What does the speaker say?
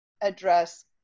address